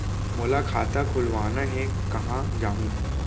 मोला खाता खोलवाना हे, कहाँ जाहूँ?